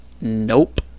nope